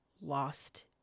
lost